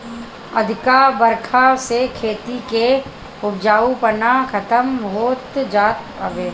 अधिका बरखा से खेती के उपजाऊपना खतम होत जात हवे